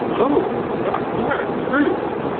oh that's smart truth